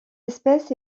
espèce